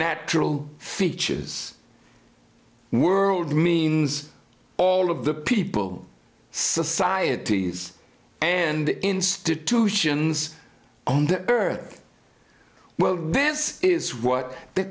natural features world means all of the people societies and institutions owned earth well this is what the